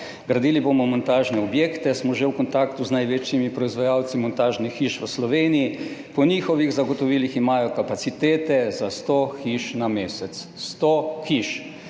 »Gradili bomo montažne objekte, smo že v kontaktu z največjimi proizvajalci montažnih hiš v Sloveniji. Po njihovih zagotovilih imajo kapacitete za 100 hiš na mesec. 100 hiš!«